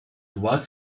what